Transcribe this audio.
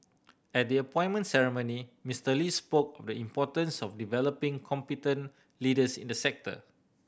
at the appointment ceremony Mister Lee spoke of the importance of developing competent leaders in the sector